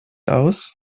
aus